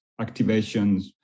activations